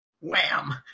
Wham